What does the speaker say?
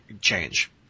change